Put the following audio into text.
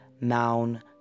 Noun